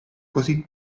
così